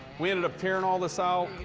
we ended up tearing all this out,